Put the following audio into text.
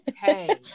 Hey